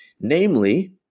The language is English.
namely